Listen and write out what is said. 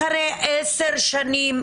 אחרי עשר שנים,